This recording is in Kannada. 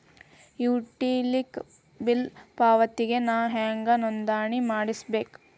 ಯುಟಿಲಿಟಿ ಬಿಲ್ ಪಾವತಿಗೆ ನಾ ಹೆಂಗ್ ನೋಂದಣಿ ಮಾಡ್ಸಬೇಕು?